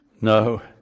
No